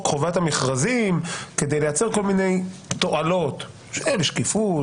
חובת המכרזים כדי לייצר כל מיני תועלות של שקיפות,